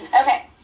okay